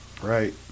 right